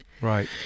Right